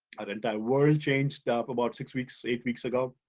our entire world changed ah about six weeks, eight weeks ago.